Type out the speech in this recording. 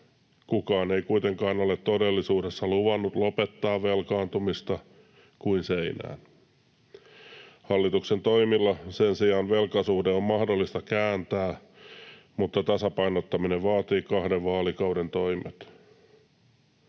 Kukaan ei kuitenkaan ole todellisuudessa luvannut lopettaa velkaantumista kuin seinään. Hallituksen toimilla sen sijaan velkasuhde on mahdollista kääntää, mutta tasapainottaminen vaatii kahden vaalikauden toimet.